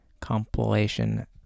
compilation